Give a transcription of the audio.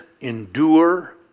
endure